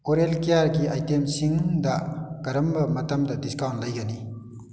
oral ꯀꯤꯌꯔꯒꯤ ꯑꯥꯏꯇꯦꯝꯁꯤꯡꯗ ꯀꯔꯝꯕ ꯃꯇꯝꯗ ꯗꯤꯁꯀꯥꯎꯟ ꯂꯩꯒꯅꯤ